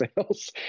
sales